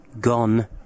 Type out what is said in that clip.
Gone